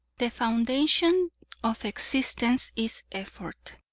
the foundation of existence is effort,